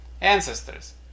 ancestors